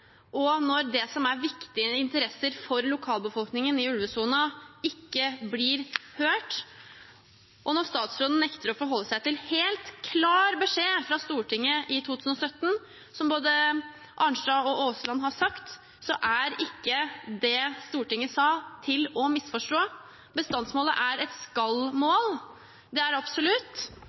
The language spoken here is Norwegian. når det som er viktige interesser for lokalbefolkningen i ulvesonen, ikke blir hørt, og når statsråden nekter å forholde seg til en helt klar beskjed fra Stortinget i 2017, som både representanten Arnstad og representanten Aasland har sagt, er det som Stortinget sa, ikke til å misforstå. Bestandsmålet er et skal-mål. Det er absolutt,